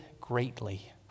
greatly